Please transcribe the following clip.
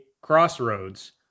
crossroads